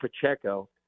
Pacheco